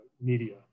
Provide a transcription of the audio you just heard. media